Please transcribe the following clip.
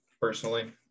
personally